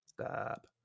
Stop